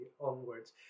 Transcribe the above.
onwards